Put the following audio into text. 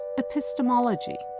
epistemology.